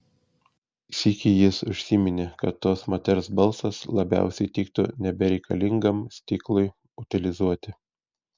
sykį jis užsiminė kad tos moters balsas labiausiai tiktų nebereikalingam stiklui utilizuoti